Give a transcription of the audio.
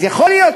אז יכול להיות,